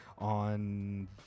on